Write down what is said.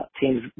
Teams